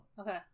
Okay